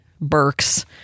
Burks